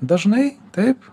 dažnai taip